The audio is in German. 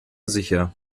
sicher